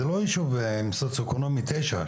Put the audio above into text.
זה לא ישוב עם סוציו אקונומי תשע,